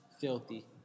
Filthy